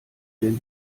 denn